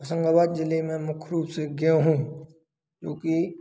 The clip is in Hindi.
हुशंगाबाद में ज़िले में मुक्ख रूप से गेहूँ क्योंकि